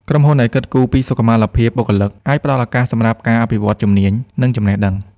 ក្រុមហ៊ុនដែលគិតគូរពីសុខុមាលភាពបុគ្គលិក អាចផ្ដល់ឱកាសសម្រាប់ការអភិវឌ្ឍន៍ជំនាញ និងចំណេះដឹង។